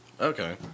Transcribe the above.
Okay